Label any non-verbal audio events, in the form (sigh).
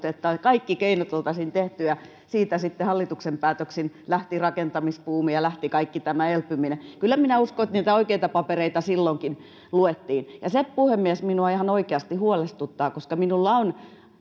(unintelligible) että kaikki keinot oltaisiin tehty ja siitä sitten hallituksen päätöksin lähti rakentamisbuumi ja lähti kaikki tämä elpyminen kyllä minä uskon että niitä oikeita papereita silloinkin luettiin puhemies mikä minua ihan oikeasti huolestuttaa koska minulla on